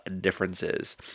differences